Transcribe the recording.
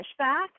pushback